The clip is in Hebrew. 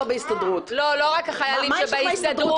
לא, לא רק החיילים שבהסתדרות.